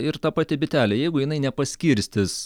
ir ta pati bitelė jeigu jinai nepaskirstys